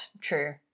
true